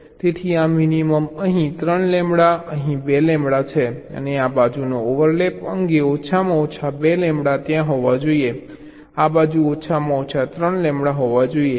તેથી આ મિનિમમ અહીં 3 લેમ્બડા અહીં 2 લેમ્બડા છે અને આ બાજુના ઓવરલેપ અંગે ઓછામાં ઓછા 2 લેમ્બડા ત્યાં હોવા જોઈએ આ બાજુ ઓછામાં ઓછા 3 લેમ્બડા હોવા જોઈએ